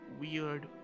weird